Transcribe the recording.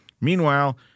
Meanwhile